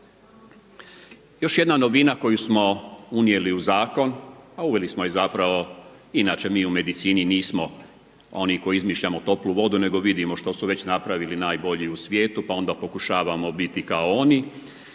Još jedna novina koju smo uveli u zakon a uveli smo je zapravo, inače mi u medicini nismo oni koji izmišljamo toplu vodu nego vidimo što su već napravili najbolji u svijetu pa onda pokušavamo biti kao oni